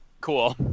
cool